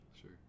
Sure